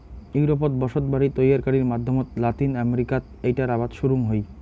ইউরোপত বসতবাড়ি তৈয়ারকারির মাধ্যমত লাতিন আমেরিকাত এ্যাইটার আবাদ শুরুং হই